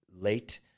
late